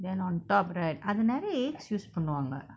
then on top right அது நெரய:athu neraya age use பன்னுவாங்க:pannuvanga